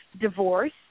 divorce